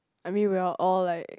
I mean we are all like